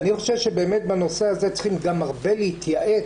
אני חושב שבאמת בנושא הזה צריכים גם הרבה להתייעץ,